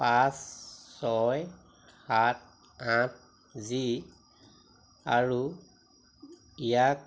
পাঁচ ছয় সাত আঠ জি আৰু ইয়াক